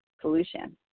solution